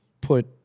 put